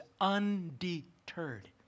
undeterred